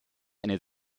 eine